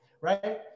right